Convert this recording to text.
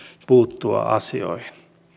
puuttua asioihin